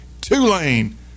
Tulane